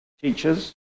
teachers